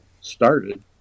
started